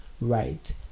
right